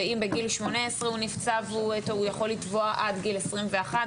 ואם בגיל שמונה עשרה הוא נפצע הוא יכול לתבוע עד גיל עשרים ואחת.